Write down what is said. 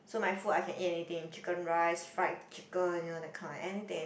so my food I can eat anything chicken rice fried chicken you know that kind of anything